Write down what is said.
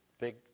big